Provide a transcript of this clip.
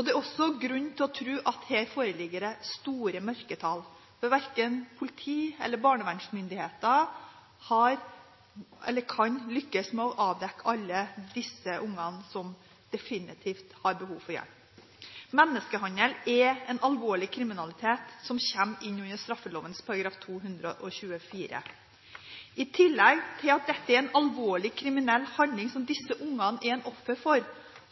Det er også grunn til å tro at her foreligger det store mørketall, for verken politi eller barnevernsmyndigheter kan lykkes med å avdekke alle disse ungene, som definitivt har behov for hjelp. Menneskehandel er en alvorlig kriminalitet, som kommer inn under straffeloven § 224. I tillegg til at det er en alvorlig kriminell handling som disse ungene er et offer for,